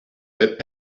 that